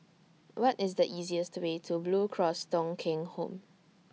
What IS The easiest Way to Blue Cross Thong Kheng Home